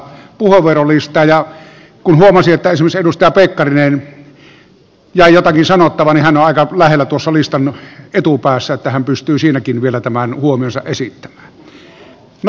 kun huomasin että esimerkiksi edustaja pekkariselle jäi jotakin sanottavaa niin hän on aika lähellä tuossa listan etupäässä että hän pystyy siinäkin vielä tämän huomionsa esittämään